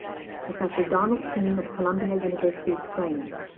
professor donald keen of columbia university explains.